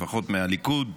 לפחות מהליכוד,